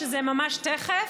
שזה ממש תכף,